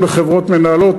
עוברים לחברות מנהלות,